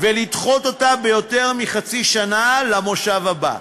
ולדחות אותה ביותר מחצי שנה, למושב הבא,